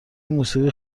موسیقی